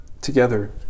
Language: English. together